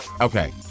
Okay